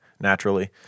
naturally